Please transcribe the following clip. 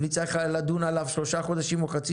אם נצטרך לדון עליו שלושה חודשים או חצי